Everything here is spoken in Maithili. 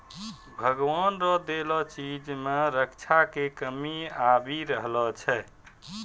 भगवान रो देलो चीज के रक्षा मे कमी आबी रहलो छै